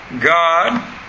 God